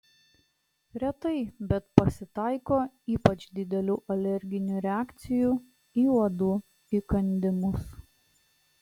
retai bet pasitaiko ypač didelių alerginių reakcijų į uodų įkandimus